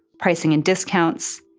pricing and discounts,